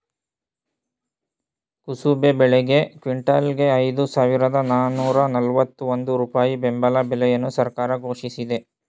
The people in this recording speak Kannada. ಕುಸುಬೆ ಬೆಳೆಗೆ ಕ್ವಿಂಟಲ್ಗೆ ಐದು ಸಾವಿರದ ನಾನೂರ ನಲ್ವತ್ತ ಒಂದು ರೂಪಾಯಿ ಬೆಂಬಲ ಬೆಲೆಯನ್ನು ಸರ್ಕಾರ ಘೋಷಿಸಿದೆ